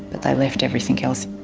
but they left everything else.